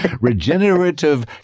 Regenerative